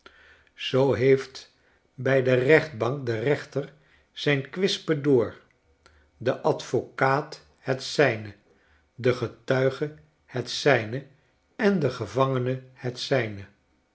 zoo heeft bij de rechtbank de rechter zijn kwispedoor de advocaat het zijne de getuige het zijne en de gevangene het zijne